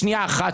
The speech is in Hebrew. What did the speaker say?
לשנייה אחת,